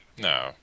No